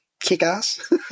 kick-ass